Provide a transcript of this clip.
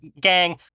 gang